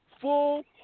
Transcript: full